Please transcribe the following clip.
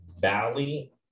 Valley